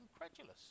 incredulous